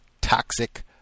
toxic